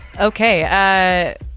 Okay